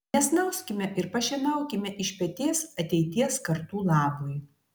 nesnauskime ir pašienaukime iš peties ateities kartų labui